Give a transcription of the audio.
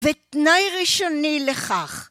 ותנאי ראשוני לכך.